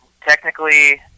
technically